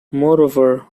moreover